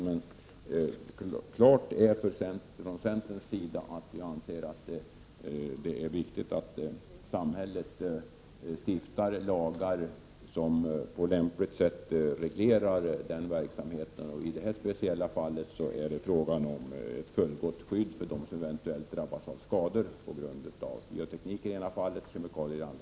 Men klart är att vi i centerpartiet anser det vara viktigt att samhället stiftar lagar som på lämpligt sätt reglerar denna verksamhet. I det här speciella fallet är det fråga om att ordna ett fullgott skydd för dem som eventuellt drabbas av skador på grund av bioteknik och kemikalier.